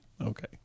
Okay